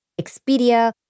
Expedia